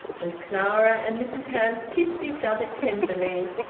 and clara and mrs hamps kissed each other tenderly,